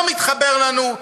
לא מתחבר לנו,